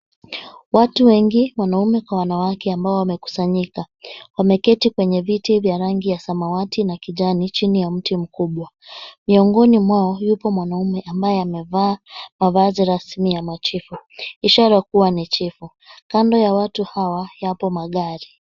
Watu wengi; wanaume kwa wanawake ambao wamekusanyika, wameketi kwenye viti vya rangi ya samawati na kijani chini ya mti mkubwa. Miongoni mwao, yupo mwanaume ambaye amevaa mavazi rasmi ya machifu, ishara kuwa ni chifu. Kando ya watu hawa yapo magari.